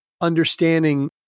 understanding